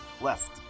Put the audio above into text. left